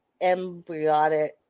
embryonic